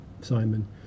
Simon